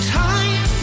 time